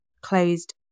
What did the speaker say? closed